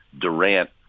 Durant